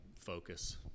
focus